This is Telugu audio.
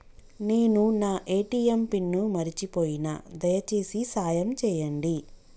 నేను నా ఏ.టీ.ఎం పిన్ను మర్చిపోయిన, దయచేసి సాయం చేయండి